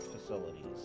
facilities